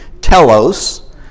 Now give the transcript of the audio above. telos